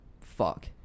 fuck